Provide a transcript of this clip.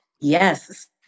Yes